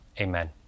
amen